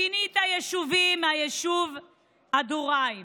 פינית יהודים מהיישוב אדוריים,